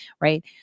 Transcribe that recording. right